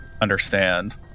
understand